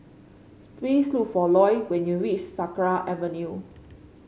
please look for Ilo when you reach Sakra Avenue